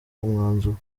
umwanzuro